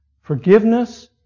Forgiveness